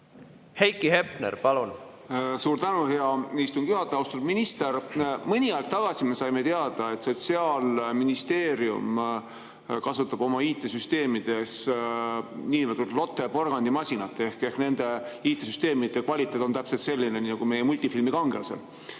Heiki Hepner, palun! Suur tänu, hea istungi juhataja! Austatud minister! Mõni aeg tagasi saime teada, et Sotsiaalministeerium kasutab oma IT‑süsteemides niinimetatud Lotte porgandimasinat ehk nende IT‑süsteemide kvaliteet on täpselt selline nagu meie multifilmikangelase